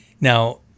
Now